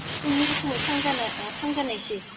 बे खुनुरुखुमै थांजा थांजानायसै